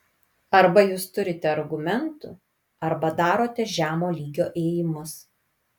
arba jūs turite argumentų arba darote žemo lygio ėjimus